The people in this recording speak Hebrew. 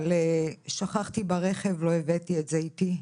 אבל שכחתי את זה ברכב ולא הבאתי את זה איתי.